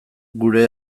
gure